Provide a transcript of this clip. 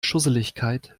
schusseligkeit